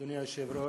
אדוני היושב-ראש,